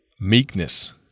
meekness